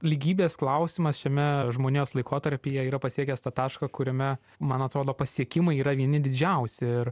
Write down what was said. lygybės klausimas šiame žmonijos laikotarpyje yra pasiekęs tą tašką kuriame man atrodo pasiekimai yra vieni didžiausi ir